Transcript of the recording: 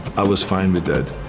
i was fine with that.